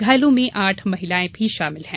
घायलों में आठ महिलायें भी शामिल हैं